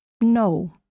No